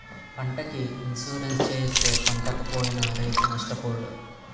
పంటకి ఇన్సూరెన్సు చేయిస్తే పంటపోయినా రైతు నష్టపోడు